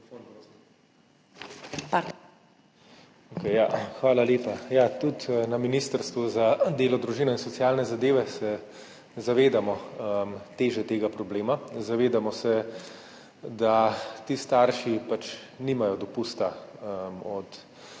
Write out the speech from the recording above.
Hvala lepa. Ja, tudi na Ministrstvu za delo, družino in socialne zadeve se zavedamo teže tega problema. Zavedamo se, da ti starši nimajo dopusta od